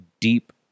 deep